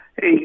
Hey